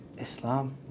Islam